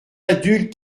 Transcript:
adultes